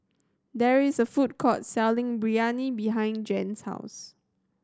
there is a food court selling Biryani behind Jens' house